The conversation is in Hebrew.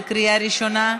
בקריאה ראשונה.